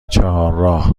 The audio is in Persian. چهارراه